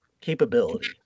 capability